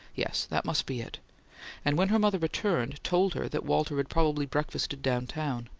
yes, that must be it and, when her mother returned, told her that walter had probably breakfasted down-town.